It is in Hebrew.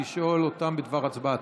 לשאול אותם בדבר הצבעתם.